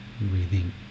Breathing